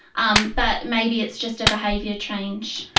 um but maybe it's just a behaviour change.